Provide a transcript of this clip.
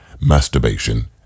masturbation